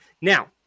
Now